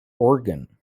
organ